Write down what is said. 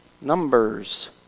Numbers